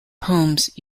poems